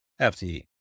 FTE